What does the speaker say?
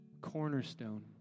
cornerstone